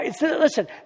Listen